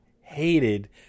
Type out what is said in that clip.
hated